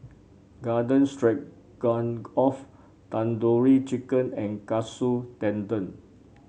Garden Stroganoff Tandoori Chicken and Katsu Tendon